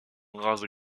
rase